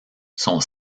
sont